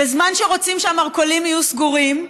בזמן שרוצים שהמרכולים יהיו סגורים,